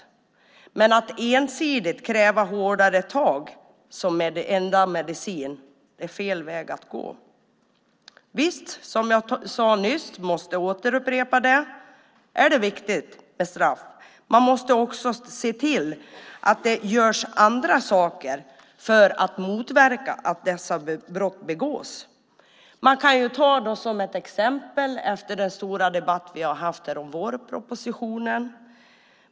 Men att ensidigt kräva hårdare tag som enda medicin är fel väg att gå. Visst är det viktigt med straff, som jag sade nyss, och jag kan upprepa det. Men vi måste också se till att det görs andra saker för att motverka att dessa brott begås. Man kan ta ett exempel efter den stora debatt som vi haft här om vårpropositionen.